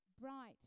bright